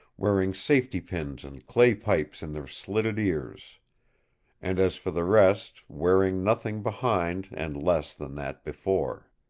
wearing safety-pins and clay-pipes in their slitted ears and as for the rest, wearing nothing behind and less than that before.